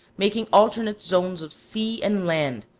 making alternate zones of sea and land,